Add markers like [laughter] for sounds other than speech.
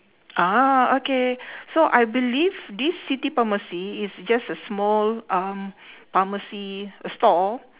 ah okay [breath] so I believe this city pharmacy is just a small um pharmacy stall